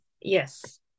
Yes